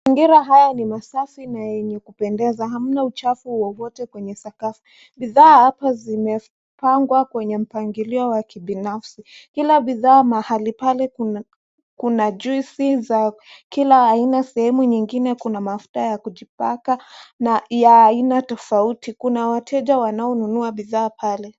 Mazingira haya ni masafi na yenye kupendeza, hamna uchafu wowote kwenye sakafu. Bidhaa hapa zimepangwa kwenye mpangilio wa kibinafsi. Kila bidhaa mahali pale kuna juisi za kila aina. Sehemu nyingine kuna mafuta ya kujipaka na ya aina tofauti. Kuna wateja wanaonunua bidhaa pale.